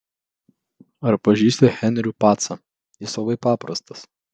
ar pažįsti henrių pacą jis labai paprastas